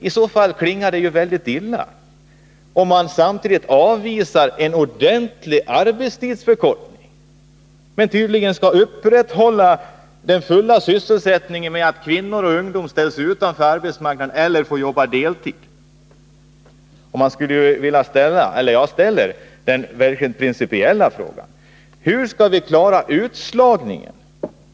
I så fall klingar det ju väldigt illa, när man samtidigt avvisar förslaget om en ordentlig arbetstidsförkortning. Tydligen skall man upprätthålla den fulla sysselsättningen genom att ställa kvinnor och ungdom utanför arbetsmarknaden eller låta dem jobba deltid. Mot den här bakgrunden ställer jag den verkligt principiella frågan: Hur skall vi klara utslagningen?